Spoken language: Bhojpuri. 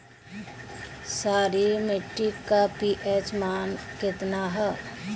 क्षारीय मीट्टी का पी.एच मान कितना ह?